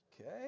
Okay